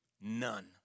None